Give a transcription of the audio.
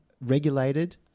regulated